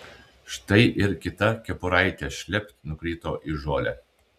štai ir kita kepuraitė šlept nukrito į žolę